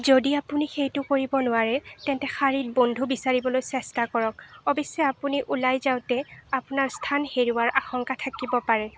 যদি আপুনি সেইটো কৰিব নোৱাৰে তেন্তে শাৰীত বন্ধু বিচাৰিবলৈ চেষ্টা কৰক অৱশ্যে আপুনি ওলাই যাওঁতে আপোনাৰ স্থান হেৰুওৱাৰ আশংকা থাকিব পাৰে